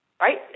right